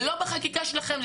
ולא בחקיקה שלכם.